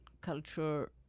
culture